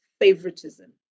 favoritism